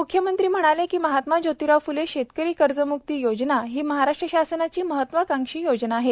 मुख्यमंत्री म्हणाले की महात्मा जोतिराव फ्ले शेतकरी कर्जम्क्ती योजना ही महाराष्ट्र शासनाची महत्त्वाकांक्षी योजना आहे